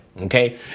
okay